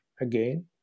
again